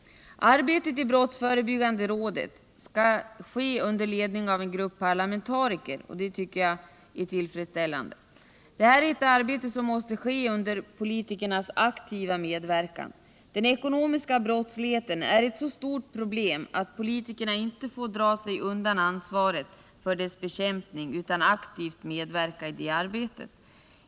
Arbetet i brottsförebyggande rådet skall ske under ledning av en grupp parlamentariker, och det tycker jag är mycket tillfredsställande. Det här är ett arbete som måste utföras under politikernas aktiva medverkan. Den ekonomiska brottsligheten är ett så stort problem att politikerna inte får dra sig undan ansvaret för dess bekämpning, utan aktivt medverka i det arbetet.